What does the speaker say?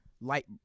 Light